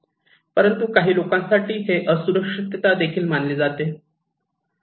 परंतु काही लोकांसाठी हे असुरक्षितता देखील मानले जाते